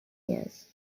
years